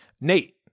Nate